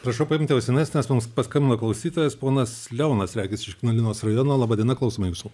prašau paimti ausines nes mums paskambino klausytojas ponas leonas regis iš ignalinos rajono laba diena klausau jūsų